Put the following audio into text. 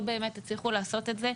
לא באמת הצליחו לעשות את זה.